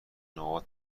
نقاط